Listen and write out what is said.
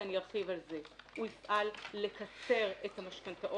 ואני ארחיב על זה: הוא יפעל לקצר את המשכנתאות